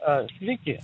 a sveiki